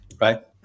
right